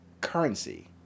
currency